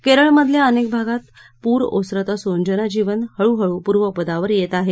केरळमधल्या अनेक भागात पूर ओसरत असून जनजीवन हळूहळू पूर्वपदावर येत आहे